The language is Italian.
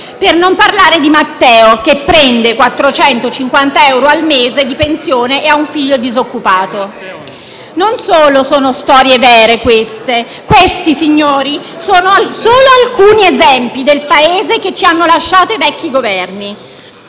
per non parlare di Matteo che prende 450 euro al mese di pensione e ha un figlio disoccupato. Non solo sono storie vere queste. Questi, signori, sono solo alcuni esempi del Paese che ci hanno lasciato i vecchi Governi,